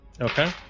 Okay